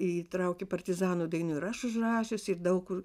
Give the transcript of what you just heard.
įtraukę partizanų dainų ir aš užrašiusi ir daug kur